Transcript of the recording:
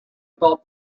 about